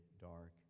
dark